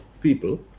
people